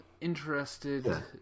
Interested